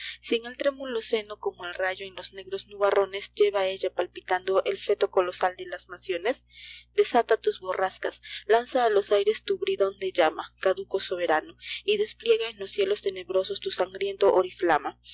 en el trémulo seno como el rayo en los negros nuba rone lleva ella palpitando el feto colosal de las naciones iidesata tus borrascas i lanza á los aires tu brídon de llama caduco soberano y desplega en los cielos tenebrosos tu sangriento oriflama